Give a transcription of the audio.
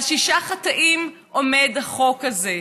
על שישה חטאים עומד החוק הזה: